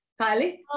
Kylie